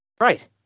right